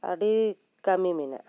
ᱟᱹᱰᱤ ᱠᱟᱹᱢᱤ ᱢᱮᱱᱟᱜᱼᱟ